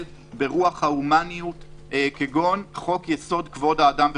ברוח ההומניות כגון חוק יסוד: כבוד האדם וחירותו,